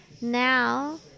now